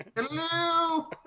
Hello